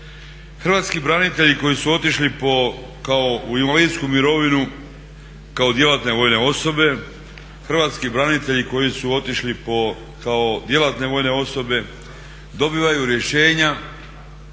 hrvatski branitelji koji su otišli po kao djelatne vojne osobe dobivaju rješenja